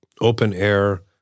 open-air